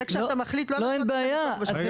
רגע אני